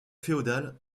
féodale